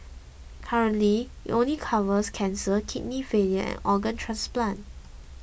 currently it only covers cancer kidney failure and organ transplant